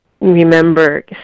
remember